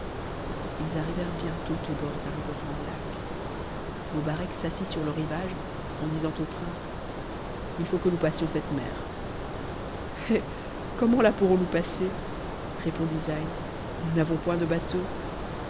us arrivèrent bientôt au bord d'un grand lac mobarec s'assit sur le rivage en disant au prince il faut que nous passions cette mer eh comment la pourrons-nous passer répondit zeyn nous n'avons point de bateau